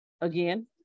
again